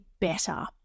better